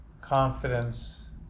confidence